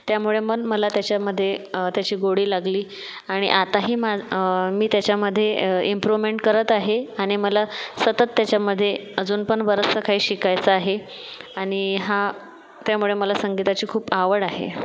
त्यामुळे मन मला त्याच्यामध्ये त्याची गोडी लागली आणि आताही मा मी त्याच्यामध्ये इम्प्रूव्हमेंट करत आहे आणि मला सतत त्याच्यामध्ये अजूनपण बरचसं काही शिकायचं आहे आणि हा त्यामुळे मला संगीताची खूप आवड आहे